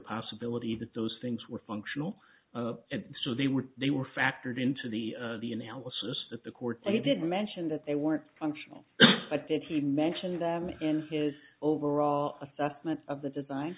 possibility that those things were functional and so they were they were factored into the the analysis that the court they did mention that they weren't functional but that he mentioned them in his overall assessment of the design